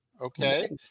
Okay